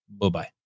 Bye-bye